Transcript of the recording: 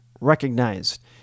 recognized